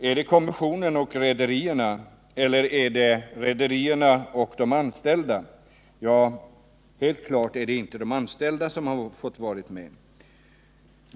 Är det kommissionen och rederierna eller är det rederierna och de anställda? Helt klart är det inte de anställda som fått vara med.